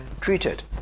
treated